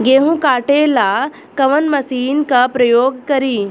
गेहूं काटे ला कवन मशीन का प्रयोग करी?